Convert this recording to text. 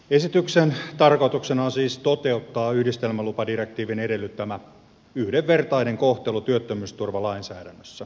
esityksen tarkoituksena on siis toteuttaa yhdistelmälupadirektiivin edellyttämä yhdenvertainen kohtelu työttömyysturvalainsäädännössä